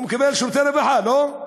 הוא מקבל שירותי רווחה, לא?